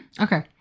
okay